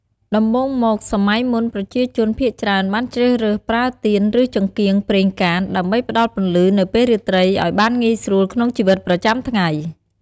ដំបូងមក សម័យមុន ប្រជាជនភាគច្រើនបានជ្រើសរើសប្រើទៀនឬចង្កៀងប្រេងកាត ដើម្បីផ្ដល់ពន្លឺនៅពេលរាត្រីឱ្យបានងាយស្រួលក្នុងជីវិតប្រចាំថ្ងៃ។